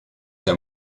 der